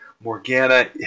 Morgana